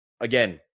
again